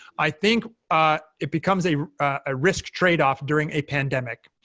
i think it becomes a a risk tradeoff during a pandemic.